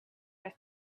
her